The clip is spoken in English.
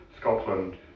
Scotland